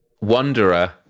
Wanderer